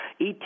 ET